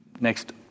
next